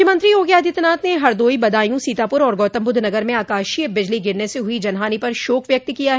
मुख्यमंत्री योगी आदित्यनाथ ने हरदोई बदायूं सीतापुर और गौतमबुद्ध नगर में आकाशीय बिजली गिरने से हुई जनहानि पर शोक व्यक्त किया है